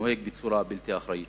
נוהג בצורה בלתי אחראית.